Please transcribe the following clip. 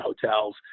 hotels